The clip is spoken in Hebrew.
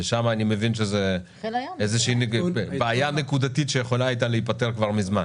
ששם אני מבין שזו איזושהי בעיה נקודתית שיכולה הייתה להיפתר כבר מזמן.